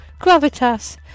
Gravitas